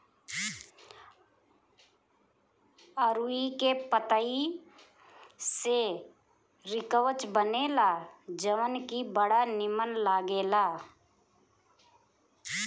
अरुई के पतई से रिकवच बनेला जवन की बड़ा निमन लागेला